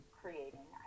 creating